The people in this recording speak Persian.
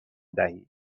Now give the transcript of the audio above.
دهیم